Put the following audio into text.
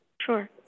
Sure